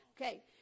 Okay